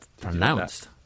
pronounced